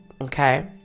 Okay